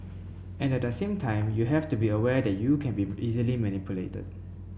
and at the same time you have to be aware that you can be easily manipulated